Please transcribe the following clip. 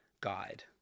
guide